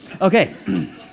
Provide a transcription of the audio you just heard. Okay